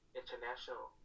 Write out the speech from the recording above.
international